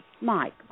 Mike